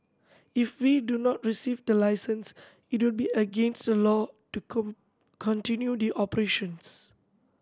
if we do not receive the license it would be against the law to continue the operations